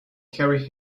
carry